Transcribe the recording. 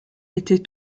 étaient